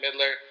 Midler